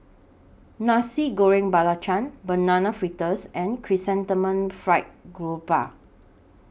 Nasi Goreng Belacan Banana Fritters and Chrysanthemum Fried Grouper